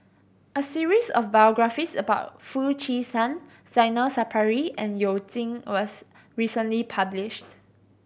a series of biographies about Foo Chee San Zainal Sapari and You Jin was recently published